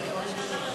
בעיה קשה.